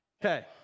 Okay